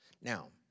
Now